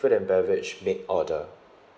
food and beverage make order